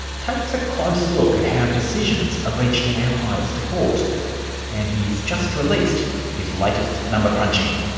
takes a close look at how decisions are reached in our highest court and he's just released his latest number-crunching.